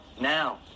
now